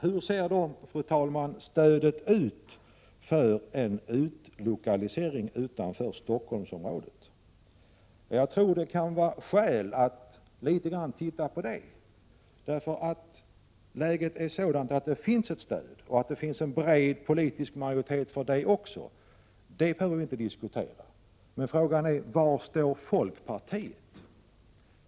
Hur ser då, fru talman, stödet ut för en utlokalisering utanför Stockholmsområdet? Det kan finnas skäl att studera den saken. Att det finns ett stöd och en bred politisk majoritet för en utlokalisering behöver vi inte diskutera. Men frågan är var folkpartiet står.